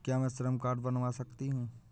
क्या मैं श्रम कार्ड बनवा सकती हूँ?